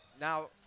Now